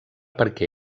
perquè